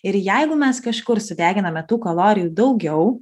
ir jeigu mes kažkur sudeginame tų kalorijų daugiau